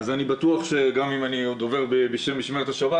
אני בטוח ואני דובר בשם משמרת השבת,